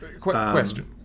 question